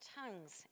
tongues